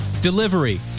Delivery